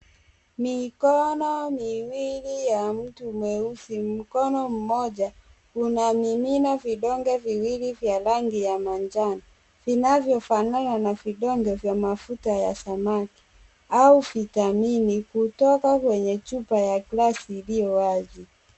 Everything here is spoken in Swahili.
Mikono miwili ya mtu mweusi. Mkono mmoja unamimina vidonge viwili vya rangi ya manjano, vinavyofanana na vidonge vya mafuta ya samaki, au vitamini, kutoka kwenye chupa ya glasi ilio wazi.